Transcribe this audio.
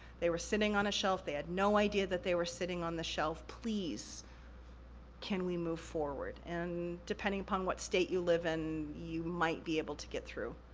they were sitting on a shelf, they had no idea that they were sitting on the shelf, please can we move forward? and depending upon what state you live in, you might be able to get through